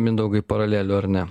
mindaugai paralelių ar ne